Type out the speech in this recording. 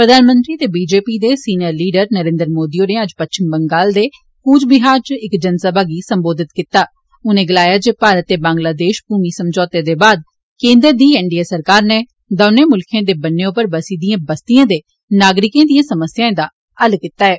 प्रधानमंत्री ते बीजेपी दे सीनियर लीड़र नरेन्द्र मोदी होरें अज्ज पच्छिम बंगाल दे कूच बिहार च इक जनसभा गी संबोधित कीता उनें गलाया जे भारत ते बांगलादेश भूमि समझौते दे बाद केन्द्र दी एनडीए सरकार नै दौनें मुल्खें दे ब'न्ने उप्पर बसी दियें बस्तियें दे नागरिकें दियें समस्याएं दा हल करी दित्ता ऐ